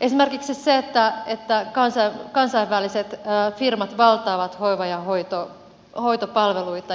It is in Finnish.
esimerkiksi se että kansainväliset firmat valtaavat hoiva ja hoitopalveluita